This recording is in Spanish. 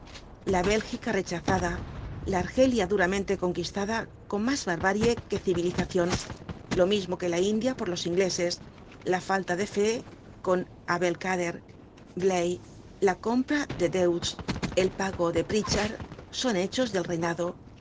la bélgica rechazada la argelia duramente conquistada con mas barbarie que civilizacion lo mismo que la india por los ingleses la falta de fe con abd el kader blaye la compra de deutz el pago de pritchard son hechos del reinado